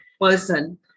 person